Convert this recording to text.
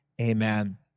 amen